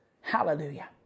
Hallelujah